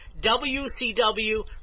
WCW